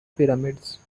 pyramids